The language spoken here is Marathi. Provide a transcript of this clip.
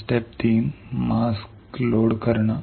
स्टेप तीन लोड मास्क